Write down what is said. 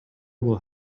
will